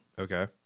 okay